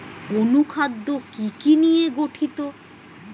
অনুখাদ্য কি কি নিয়ে গঠিত?